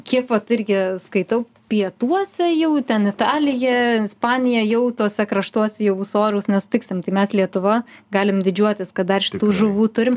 kiek vat irgi skaitau pietuose jau ten italija ispanija jau tuose kraštuose jau ūsoriaus nesutiksim tai mes lietuva galim didžiuotis kad dar šitų žuvų turim